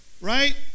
right